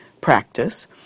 practice